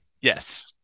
yes